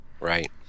Right